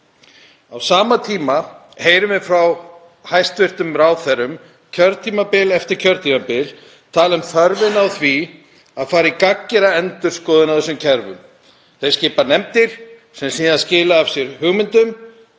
Á sama tíma heyrum við hæstv. ráðherra kjörtímabil eftir kjörtímabil tala um þörfina á því að fara í gagngera endurskoðun á þessum kerfum. Þeir skipa nefndir sem síðan skila af sér hugmyndum